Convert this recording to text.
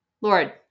Lord